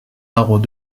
arbres